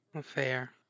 Fair